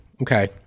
okay